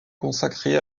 consacré